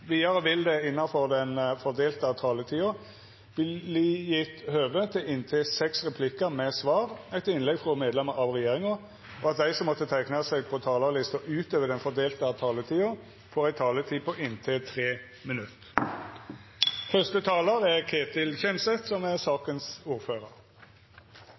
Vidare vil det – innanfor den fordelte taletida – verta gjeve høve til replikkordskifte med inntil seks replikkar med svar etter innlegg frå medlemer av regjeringa, og dei som måtte teikna seg på talarlista utover den fordelte taletida, får ei taletid på inntil 3 minutt. Jeg vil begynne med å takke komiteen for samarbeidet i denne saken, som